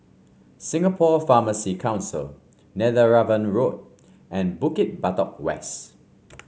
Singapore Pharmacy Council Netheravon Road and Bukit Batok West